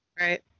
right